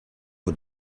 for